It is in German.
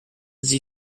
sie